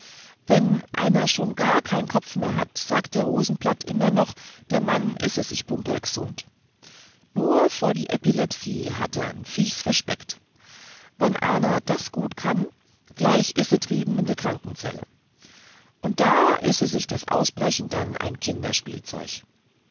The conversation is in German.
wenn einer schon gar kan kopf mehr hat sagt der rosenblatt immer noch der mann ise sich pumperlgesund nur vor die ebilebsie hat e an viechsräschpäkt wann aner daas gut kann gleich ise drieben in der krankenzelle und da ise sich das ausbrechen dann ein kinderspielzeug